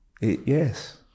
Yes